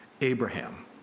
Abraham